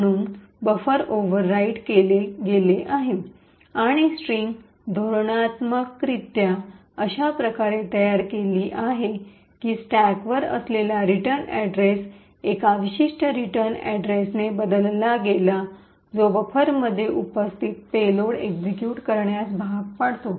म्हणून buffer overwrite केले गेले आहे आणि स्ट्रिंग धोरणात्मकरित्या अशा प्रकारे तयार केली गेली आहे की स्टॅकवर असलेला रिटर्न अड्रेस एका विशिष्ट रिटर्न अड्रेसने बदलला गेला जो बफरमध्ये उपस्थित पेलोड एक्सिक्यूट करण्यास भाग पाडतो